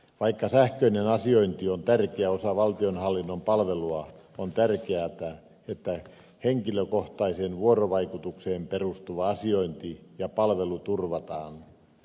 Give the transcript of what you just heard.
vaikka sähköinen asiointi on tärkeä osa valtionhallinnon palvelua on tärkeätä että henkilökohtaiseen vuorovaikutukseen perustuva asiointi ja palvelu turvataan